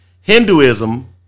Hinduism